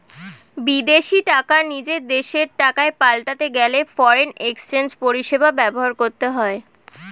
বিদেশী টাকা নিজের দেশের টাকায় পাল্টাতে গেলে ফরেন এক্সচেঞ্জ পরিষেবা ব্যবহার করতে হয়